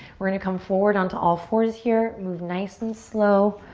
we're gonna come forward onto all fours here. move nice and slow.